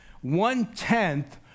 one-tenth